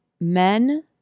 men